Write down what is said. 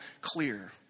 clear